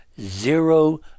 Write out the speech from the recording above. zero